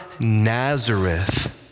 Nazareth